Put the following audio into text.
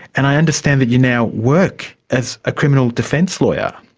and i understand that you now work as a criminal defence lawyer?